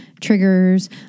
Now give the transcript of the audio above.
triggers